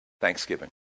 Thanksgiving